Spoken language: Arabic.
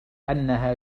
أنها